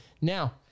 Now